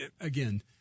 again